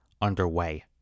underway